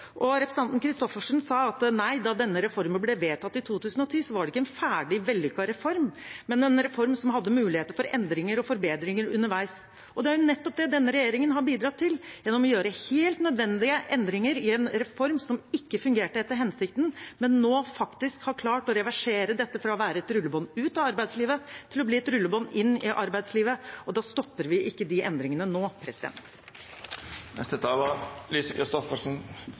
Representanten Christoffersen sa at nei, da denne reformen ble vedtatt i 2010, var det ikke en ferdig, vellykket reform, men en reform som hadde muligheter for endringer og forbedringer underveis. Det er nettopp det denne regjeringen har bidratt til, gjennom å gjøre helt nødvendige endringer i en reform som ikke fungerte etter hensikten, men som nå faktisk har klart å reversere dette fra å være et rullebånd ut av arbeidslivet til å bli et rullebånd inn i arbeidslivet. Da stopper vi ikke de endringene nå.